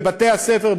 בבתי-ספר,